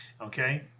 Okay